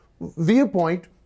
viewpoint